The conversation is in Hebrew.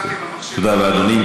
תודה רבה, אדוני.